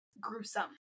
gruesome